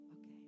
Okay